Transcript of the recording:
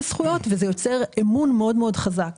הזכויות וזה יוצר אמון מאוד מאוד חזק.